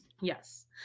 Yes